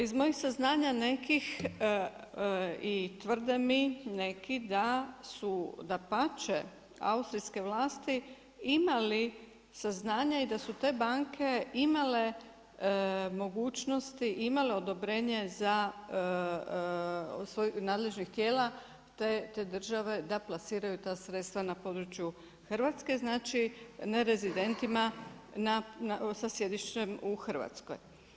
Iz mojih saznanja nekih i tvrde mi neki da su dapače austrijske vlasti imali saznanja i da su te banke imale mogućnosti imale odobrenje od svojih nadležnih tijela te države da plasiraju ta sredstva na području Hrvatske, znači nerezidentima sa sjedištem u Hrvatskoj.